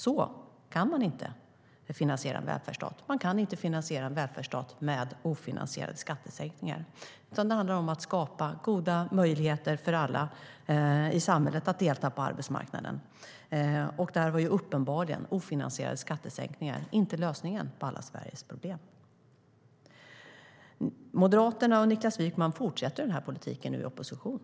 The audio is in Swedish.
Så kan man inte finansiera en välfärdsstat. Man kan inte finansiera en välfärdsstat med ofinansierade skattesänkningar, utan det handlar om att skapa goda möjligheter för alla i samhället att delta på arbetsmarknaden. Där var ofinansierade skattesänkningar uppenbarligen inte lösningen på alla Sveriges problem. Moderaterna och Niklas Wykman fortsätter nu den här politiken i opposition.